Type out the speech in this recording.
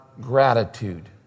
gratitude